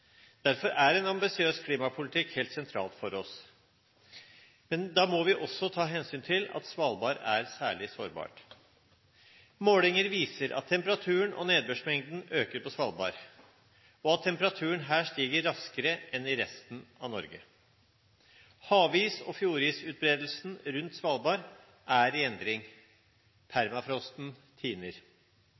Derfor er en ambisiøs klimapolitikk helt sentralt for oss. Men da må vi også ta hensyn til at Svalbard er særlig sårbart. Målinger viser at temperaturen og nedbørsmengden øker på Svalbard, og at temperaturen her stiger raskere enn i resten av Norge. Havis- og fjordisutbredelsen rundt Svalbard er i endring. Permafrosten tiner.